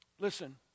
Listen